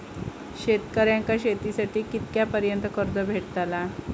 शेतकऱ्यांका शेतीसाठी कितक्या पर्यंत कर्ज भेटताला?